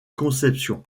conception